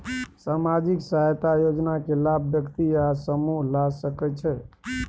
सामाजिक सहायता योजना के लाभ व्यक्ति या समूह ला सकै छै?